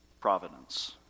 providence